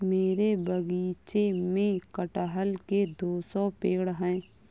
मेरे बगीचे में कठहल के दो सौ पेड़ है